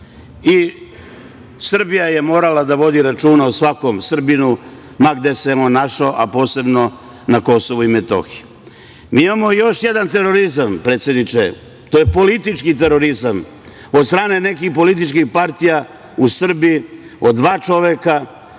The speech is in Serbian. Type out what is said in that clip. I Srbija je morala da vodi računa o svakom Srbinu, ma gde se on našao, a posebno na Kosovu i Metohiji. Mi imamo još jedan terorizam, predsedniče, to je politički terorizam od strane nekih političkih partija u Srbiji od dva čoveka